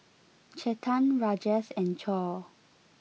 Chetan Rajesh and Choor